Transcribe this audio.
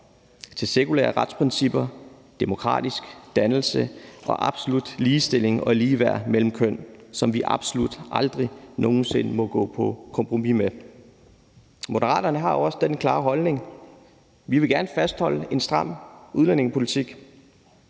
til sekulære retsprincipper, demokratisk dannelse og absolut ligestilling og ligeværd mellem kønnene, som vi absolut heller aldrig nogen sinde må gå på kompromis med. Moderaterne har jo også den klare holdning, at vi gerne vil fastholde en stram udlændingepolitik,